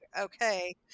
okay